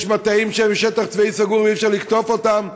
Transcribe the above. יש מטעים שהם שטח צבאי סגור ואי-אפשר לקטוף אותם,